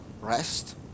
rest